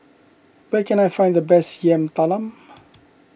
where can I find the best Yam Talam